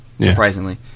surprisingly